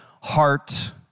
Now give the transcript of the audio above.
Heart